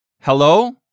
hello